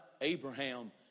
Abraham